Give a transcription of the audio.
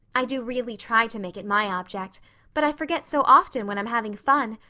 i do really try to make it my object but i forget so often when i'm having fun.